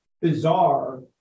bizarre